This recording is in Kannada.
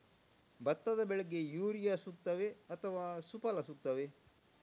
ಭತ್ತದ ಬೆಳೆಗೆ ಯೂರಿಯಾ ಸೂಕ್ತವೇ ಅಥವಾ ಸುಫಲ ಸೂಕ್ತವೇ?